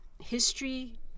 history